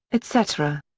etc.